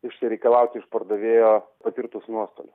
išsireikalauti iš pardavėjo patirtus nuostolius